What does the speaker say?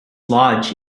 lodge